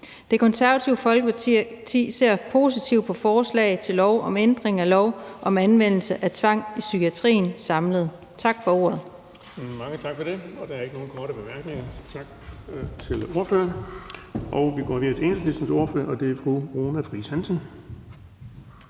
Det Konservative Folkeparti ser positivt på forslag til lov om ændring af lov om anvendelse af tvang i psykiatrien samlet. Tak for ordet. Kl. 20:30 Den fg. formand (Erling Bonnesen): Mange tak for det. Der er ikke nogen korte bemærkninger, så tak til ordføreren. Vi går videre til Enhedslistens ordfører, og det er fru Runa Friis Hansen.